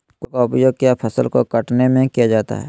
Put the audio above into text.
कुदाल का उपयोग किया फसल को कटने में किया जाता हैं?